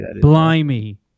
Blimey